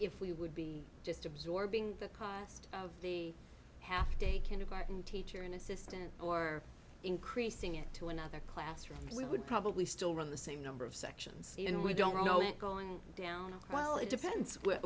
if we would be just absorbing the cost of the half day kindergarten teacher in assistance or increasing it to another classroom we would probably still run the same number of sections and we don't know it going down well it depends where